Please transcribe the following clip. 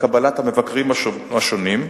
לקבלת המבקרים השונים,